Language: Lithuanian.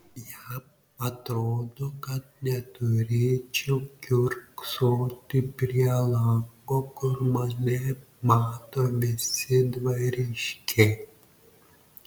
jam atrodo kad neturėčiau kiurksoti prie lango kur mane mato visi dvariškiai